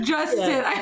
Justin